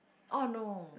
all I know